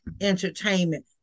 entertainment